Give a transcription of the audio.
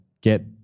get